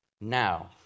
now